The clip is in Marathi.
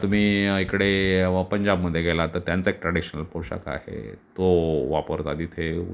तुम्ही इकडे वा पंजाबमध्ये गेलात तर त्यांचा एक ट्रॅडिशनल पोशाख आहे तो वापरतात इथे